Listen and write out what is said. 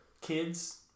kids